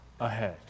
ahead